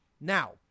Now